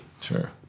sure